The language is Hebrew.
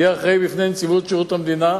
יהיה אחראי בפני נציבות שירות המדינה.